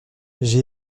j’ai